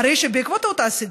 בעקבות אותה סדרה,